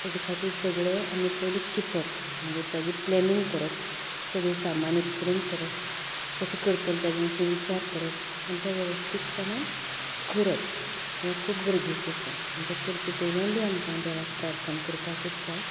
तेजे खातीर सगळें आमी पयलीत चिंतप म्हणजे ताचें प्लेनिंग करप सगलें सामान एक कडेन करप कशें करतलें तेजे विशी विचार करप आनी तें वेवस्थीतपणान करप हें खूब गरजेचें आसा तें करचे पयलें बी आमकां देवाक प्रार्थना करपाकूच जाय